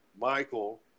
Michael